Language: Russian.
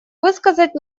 высказать